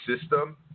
system